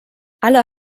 alle